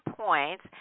points